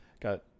Got